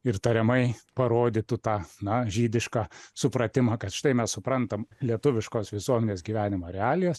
ir tariamai parodytų tą na žydišką supratimą kad štai mes suprantam lietuviškos visuomenės gyvenimo realijas